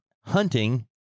hunting